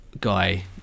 guy